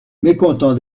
mécontent